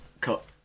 cut